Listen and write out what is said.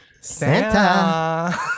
Santa